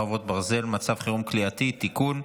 חרבות ברזל) (מצב חירום כליאתי) (תיקון),